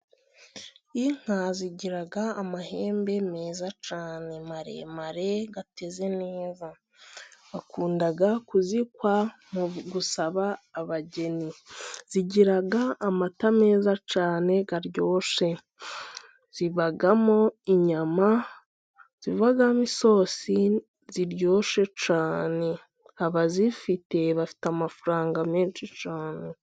Inka zigira amahembe meza cyane maremare ,ateze neza, bakunda kuzikwa mu gusaba abageni ,zigira amata meza cyane aryoshye ,zibamo inyama zivamo isosi iryoshye cyane ,abazifite bafite amafaranga menshi cyane.